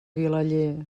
vilaller